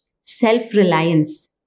self-reliance